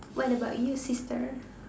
what about you sister